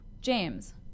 James